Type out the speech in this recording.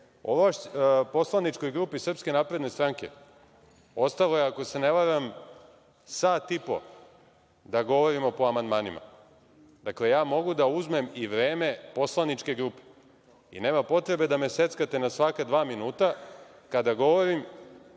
sistemu. Poslaničkoj grupi SNS ostalo je, ako se ne varam, sat i po da govorimo po amandmanima. Dakle, mogu da uzmem i vreme poslaničke grupe i nema potrebe da me seckate na svaka dva minuta kada govorim,